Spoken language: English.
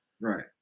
Right